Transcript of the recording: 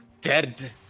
dead